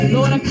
Lord